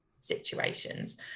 situations